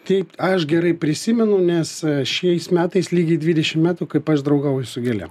taip aš gerai prisimenu nes šiais metais lygiai dvidešimt metų kaip aš draugauju su gėlėm